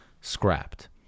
scrapped